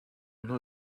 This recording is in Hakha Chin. hnu